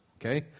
okay